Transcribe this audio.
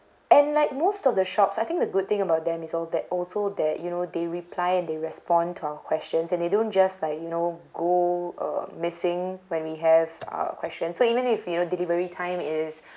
and like most of the shops I think the good thing about them is all that also that you know they reply and they respond to our questions and they don't just like you know go uh missing when we have a question so even if you know delivery time is